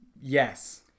Yes